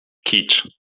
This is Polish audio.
kicz